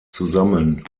zusammen